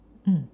mm